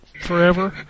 forever